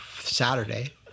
Saturday